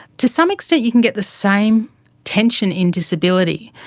to some extent you can get the same tension in disability.